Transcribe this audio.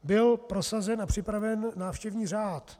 Byl prosazen a připraven návštěvní řád.